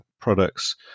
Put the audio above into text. products